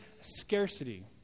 scarcity